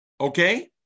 Okay